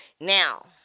Now